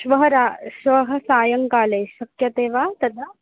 श्वः रा श्वः सायङ्काले शक्यते वा तदा